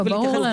ברור לנו.